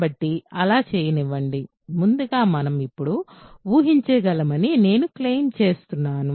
కాబట్టి అలా చేయనివ్వండి ముందుగా మనం ఇప్పుడు ఊహించగలమని నేను క్లెయిమ్ చేస్తున్నాను